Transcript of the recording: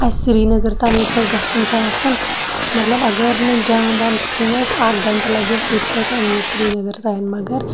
اَسہ سرینَگَرتانۍ ییٚتہِ پیٚٹھٕ گَژھُن چھُ آسان مَطلَب اَگَر نہٕ جام وام کِہیٖنۍ آسہِ اکھ گَنٹہٕ لَگہِ اَسہِ ییٚتہِ پیٚٹھِ سرینَگَر تانۍ مَگَر